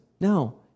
No